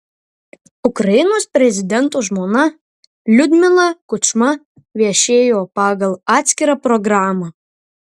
ukrainos prezidento žmona liudmila kučma viešėjo pagal atskirą programą